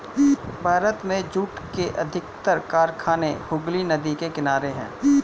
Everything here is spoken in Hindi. भारत में जूट के अधिकतर कारखाने हुगली नदी के किनारे हैं